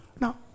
Now